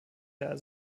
der